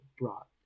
brought